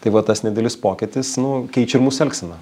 tai va tas nedidelis pokytis nu keičia ir mūsų elgseną